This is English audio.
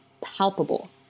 palpable